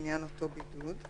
לעניין אותו בידוד.